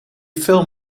film